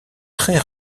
très